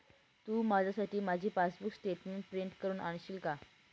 तू माझ्यासाठी माझी passbook statement print करून आणशील का?